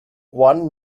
one